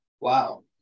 Wow